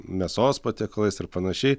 mėsos patiekalais ir panašiai